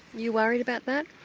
you worried about that?